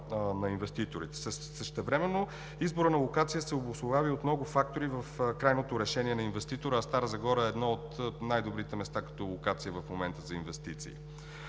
на инвеститорите. Същевременно изборът на локация се обосновава и от много фактори в крайното решение на инвеститора, а Стара Загора е едно от най-добрите места като локация в момента за инвестиции.